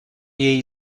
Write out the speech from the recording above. jej